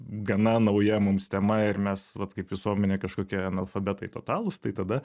gana nauja mums tema ir mes vat kaip visuomenė kažkokie analfabetai totalūs tai tada